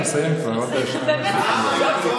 אתם עולים כיתה, ולא בבית ספרנו.